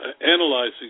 analyzing